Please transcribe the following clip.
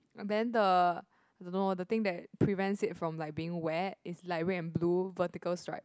and then the don't know the thing that prevents it from like being wet is like red and blue vertical stripe